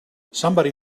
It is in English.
somebody